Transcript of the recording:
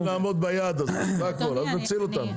לעמוד ביעד הזה סך הכל אז אנחנו נציל אותם.